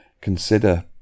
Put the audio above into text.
consider